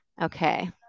Okay